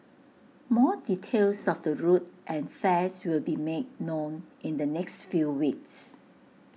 more details of the route and fares will be made known in the next few weeks